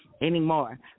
anymore